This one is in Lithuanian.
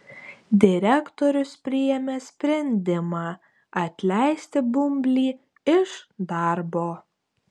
direktorius priėmė sprendimą atleisti bumblį iš darbo